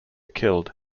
killed